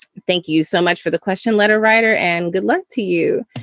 thank you so much for the question, letter writer and good luck to you